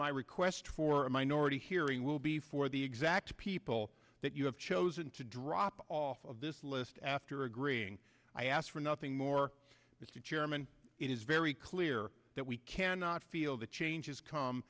my request for a minority hearing will be for the exact people that you have chosen to drop off of this list after agreeing i ask for nothing more mr chairman it is very clear that we cannot feel the changes c